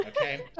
Okay